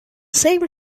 same